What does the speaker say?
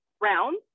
rounds